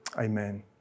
Amen